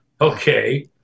okay